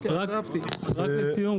רק לסיום,